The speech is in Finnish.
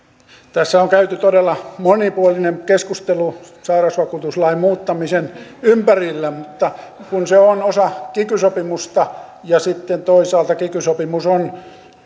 tässä on käyty todella monipuolinen keskustelu sairausvakuutuslain muuttamisen ympärillä mutta kun se on osa kiky sopimusta ja sitten toisaalta kiky sopimus on